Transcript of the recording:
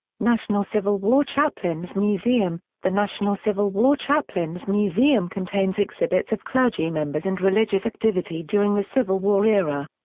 national civil war chaplains museum the national civil war chaplains museum contains exhibits of clergy members and religious activity during the civil war era.